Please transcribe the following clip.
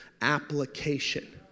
application